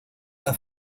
las